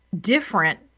different